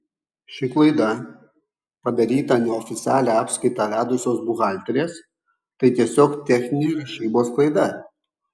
ši klaida padaryta neoficialią apskaitą vedusios buhalterės tai tiesiog techninė rašybos klaida